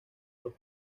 los